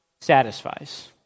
satisfies